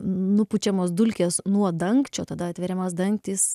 nupučiamos dulkės nuo dangčio tada atveriamas dangtis